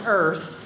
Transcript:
earth